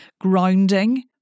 grounding